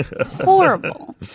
Horrible